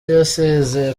yasezeye